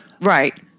Right